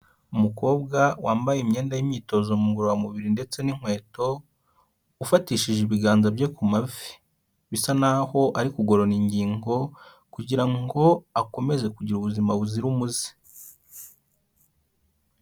Umukobwa wambaye imyenda y'imyitozo ngororamubiri ndetse n'inkweto, ufatishije ibiganza bye ku mavi, bisa naho ari kugorora ingingo kugira ngo akomeze kugira ubuzima buzira umuze.